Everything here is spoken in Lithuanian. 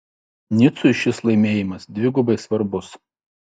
nicui šis laimėjimas dvigubai svarbus